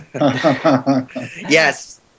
Yes